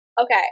okay